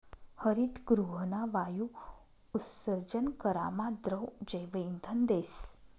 हरितगृहना वायु उत्सर्जन करामा द्रव जैवइंधन देस